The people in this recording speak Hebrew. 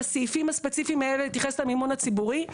בסעיפים הספציפיים האלה להתייחס למימון הציבורי.